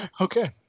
Okay